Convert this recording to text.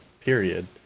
period